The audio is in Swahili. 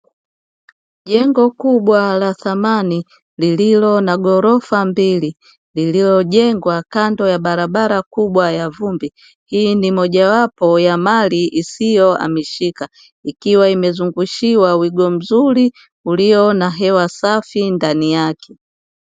Jengo kubwa la thamani lililo na gorofa mbili lililojengwa kando ya barabara kubwa ya vumbi, hii ni mojawapo ya mali isiyohamishika ikiwa imezungushiwa wigo mzuri ulio na hewa safi ndani yake.